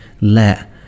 let